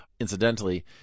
Incidentally